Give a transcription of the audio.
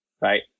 right